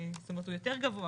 זאת אומרת, הוא יותר גבוה.